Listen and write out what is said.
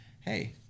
hey